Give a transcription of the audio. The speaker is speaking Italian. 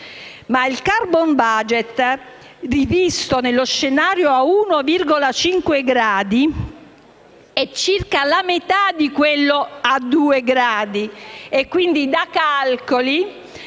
il *carbon budget*, rivisto nello scenario a 1,5 gradi, è circa la metà di quello a 2 gradi,